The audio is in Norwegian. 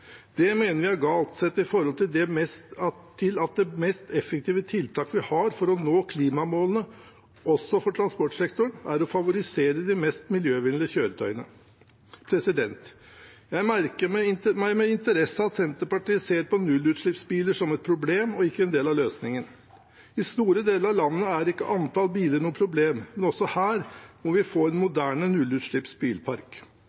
Det mener vi er galt sett i forhold til at det mest effektive tiltaket vi har for å nå klimamålene, også for transportsektoren, er å favorisere de mest miljøvennlige kjøretøyene. Jeg merker meg med interesse at Senterpartiet ser på nullutslippsbiler som et problem og ikke en del av løsningen. I store deler av landet er ikke antall biler noe problem, men også her må vi få en